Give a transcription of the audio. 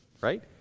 right